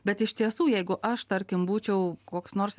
bet iš tiesų jeigu aš tarkim būčiau koks nors